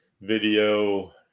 video